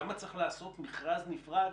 למה צריך לעשות מכרז נפרד